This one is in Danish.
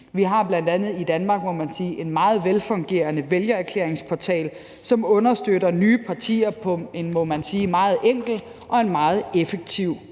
Vi har bl.a. i Danmark en meget velfungerende vælgererklæringsportal, som understøtter nye partier på en, må man sige, meget